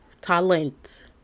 talent